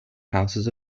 houses